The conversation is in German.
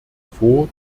vor